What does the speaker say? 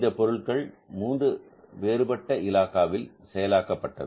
இந்த பொருட்கள் 3 வேறுபட்ட இலாகாவில் செயல் ஆக்கப்பட்டது